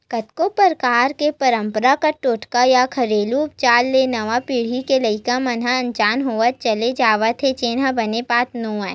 कतको परकार के पंरपरागत टोटका या घेरलू उपचार ले नवा पीढ़ी के लइका मन ह अनजान होवत चले जावत हे जेन ह बने बात नोहय